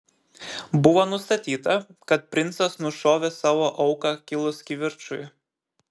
buvo nustatyta kad princas nušovė savo auką kilus kivirčui